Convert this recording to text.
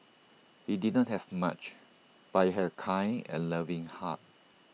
he did not have much but he had A kind and loving heart